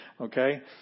Okay